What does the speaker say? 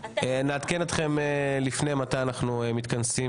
נעדכן אתכם לפני לגבי מתי אנחנו מתכנסים.